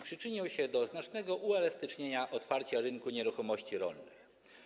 Przyczynią się do znacznego uelastycznienia i otwarcia rynku nieruchomości rolnych.